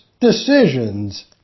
decisions